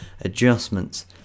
adjustments